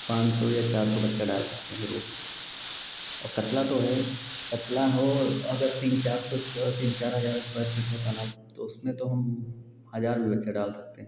पाँच सौ या चार सौ बच्चा डाल सकते हैं रोहू का और कतला जो है कतला हो अगर तीन चार सौ स्क्वायर तीन चार हज़ार स्क्वायर फीट है तालाब तो उसमें तो हम हज़ार भी बच्चा डाल सकते हैं